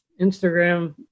Instagram